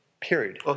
period